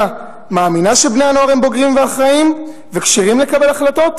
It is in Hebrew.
מאמינה שבני-הנוער בוגרים ואחראים וכשירים לקבל החלטות,